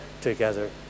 together